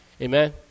Amen